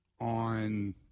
on